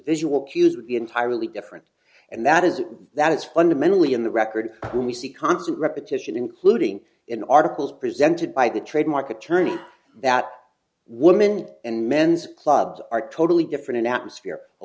visual cues would be entirely different and that is that is fundamentally in the record we see constant repetition including in articles presented by the trademark attorney that women and men's clubs are totally different in atmosphere a